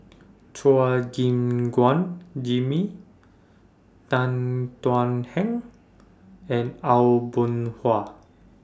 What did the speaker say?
Chua Gim Guan Jimmy Tan Thuan Heng and Aw Boon Haw